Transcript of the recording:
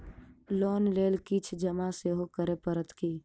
Loan लेल किछ जमा सेहो करै पड़त की?